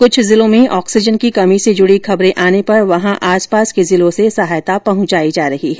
कुछ जिलों में ऑक्सीजन की कमी से जुड़ी खबरें आने पर वहां आसपास के जिलों से सहायता पहुंचाई जा रही है